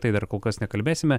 tai dar kol kas nekalbėsime